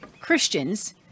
Christians